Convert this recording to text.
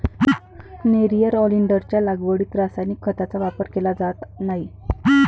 nerium ऑलिंडरच्या लागवडीत रासायनिक खतांचा वापर केला जात नाही